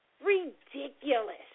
Ridiculous